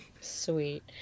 Sweet